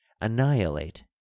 annihilate